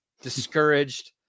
discouraged